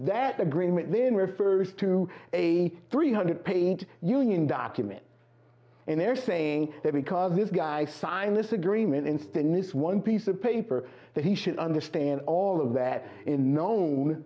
that agreement then refers to a three hundred page union document and they're saying that because this guy sign this agreement in stennis one piece of paper that he should understand all of that in known